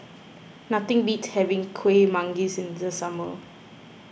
nothing beats having Kuih Manggis in the summer